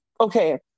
okay